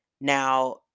now